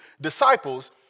disciples